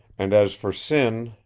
and as for sin,